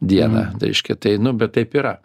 dieną reiškia tai nu bet taip yra